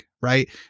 right